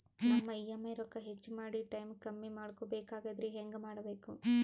ನಮ್ಮ ಇ.ಎಂ.ಐ ರೊಕ್ಕ ಹೆಚ್ಚ ಮಾಡಿ ಟೈಮ್ ಕಮ್ಮಿ ಮಾಡಿಕೊ ಬೆಕಾಗ್ಯದ್ರಿ ಹೆಂಗ ಮಾಡಬೇಕು?